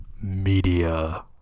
Media